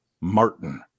Martin